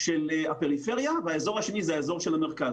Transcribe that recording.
הפריפריה והאזור השני הוא המרכז.